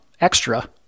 extra